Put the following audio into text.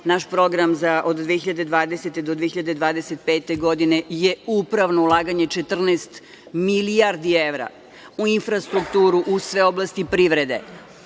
naš program od 2020. do 2025. godine je upravo ulaganje 14 milijardi evra u infrastrukturu, u sve oblasti privrede. Setimo